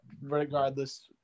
regardless